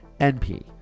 NP